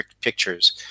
pictures